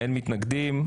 אין מתנגדים.